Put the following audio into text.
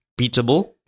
beatable